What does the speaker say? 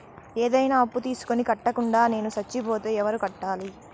ఏదైనా అప్పు తీసుకొని కట్టకుండా నేను సచ్చిపోతే ఎవరు కట్టాలి?